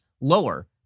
lower